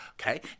Okay